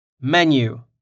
Menu